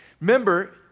Remember